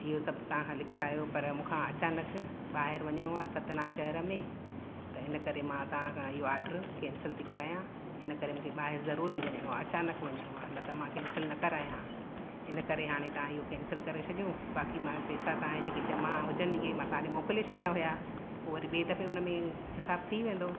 इहो सभु तव्हां खां लिखारायो पर मूं खां अचानक ॿाहिरि वञिणो आहे सतना शहर में त इन करे मां तव्हां खां इहो ऑडर कैंसिल थी करायां हिन करे मूंखे ॿाहिरि ज़रूरी वञिणो आहे अचानक वञिणो आहे न त मां कैंसिल न करायां हिन करे हाणे तव्हां इहो कैंसिल करे छॾियो बाक़ी मां पैसा तव्हां हे जेकी जमा हुजनि ईअं ई मं तव्हांजे मोकिले छॾियां हुया पोइ वरी ॿिए दफ़े उन में हिसाबु थी वेंदो